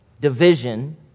division